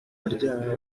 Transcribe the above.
abyara